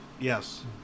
Yes